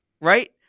right